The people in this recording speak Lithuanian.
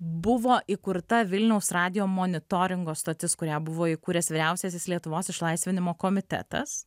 buvo įkurta vilniaus radijo monitoringo stotis kurią buvo įkūręs vyriausiasis lietuvos išlaisvinimo komitetas